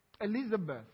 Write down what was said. Elizabeth